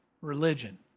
Religion